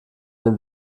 den